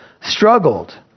struggled